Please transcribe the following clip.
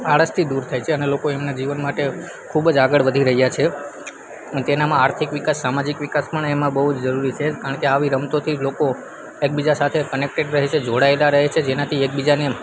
આળસથી દૂર થાય છે અને લોકો એમના જીવન માટે ખૂબ જ આગળ વધી રહ્યા છે તેનામાં આર્થિક વિકાસ સામાજિક વિકાસ પણ એમાં બહુ જરૂરી છે કારણ કે આવી રમતોથી લોકો એકબીજા સાથે કનેક્ટેડ રહે છે જોડાયેલા રહે છે જેનાથી એકબીજાને